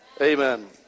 Amen